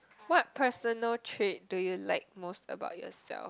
what personal trait do you like most about yourself